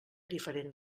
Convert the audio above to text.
diferent